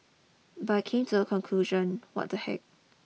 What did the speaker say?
but came to the conclusion what the heck